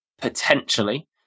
potentially